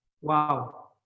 Wow